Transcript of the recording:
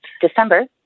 December